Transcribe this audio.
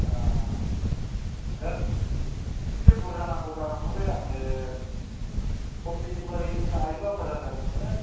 बिराद से बुर्जा नांगौ जादोंमोनलै आंनो हम दिलिबारि होनो हायोबा मोजां जागौमोन